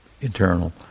internal